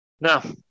Now